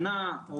שנה,